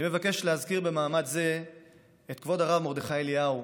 אני מבקש להזכיר במעמד זה את כבוד הרב מרדכי אליהו,